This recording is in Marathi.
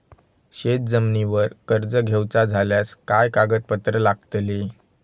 शेत जमिनीवर कर्ज घेऊचा झाल्यास काय कागदपत्र लागतली?